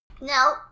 No